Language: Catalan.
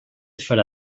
farà